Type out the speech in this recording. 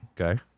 Okay